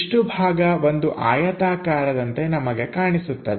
ಇಷ್ಟು ಭಾಗ ಒಂದು ಆಯತಾಕಾರದಂತೆ ನಮಗೆ ಕಾಣಿಸುತ್ತದೆ